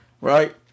right